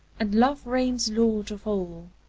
and love reigns lord of all.